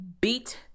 beat